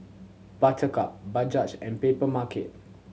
Buttercup Bajaj and Papermarket